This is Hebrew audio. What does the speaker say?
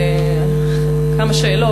כמה שאלות.